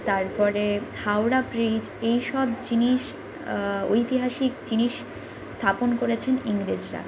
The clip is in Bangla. তারপরে হাওড়া ব্রিজ এই সব জিনিস ঐতিহাসিক জিনিস স্থাপন করেছেন ইংরেজরা